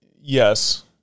yes